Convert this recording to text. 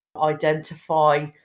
identify